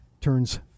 turns